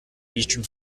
eastern